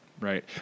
Right